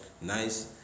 Nice